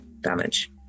damage